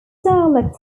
dialects